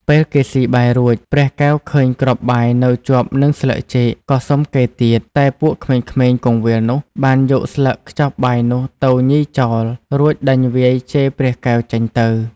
ពេលគេស៊ីបាយរួច ព្រះកែវឃើញគ្រាប់បាយនៅជាប់នឹងស្លឹកចេក ក៏សុំគេទៀត តែពួកក្មេងៗគង្វាលនោះបានយកស្លឹកខ្ចប់បាយនោះទៅញីចោល រួចដេញវាយជេរព្រះកែវចេញទៅ ។